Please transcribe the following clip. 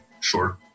Sure